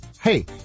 Hey